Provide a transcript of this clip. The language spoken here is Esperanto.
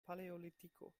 paleolitiko